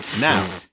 Now